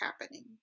happening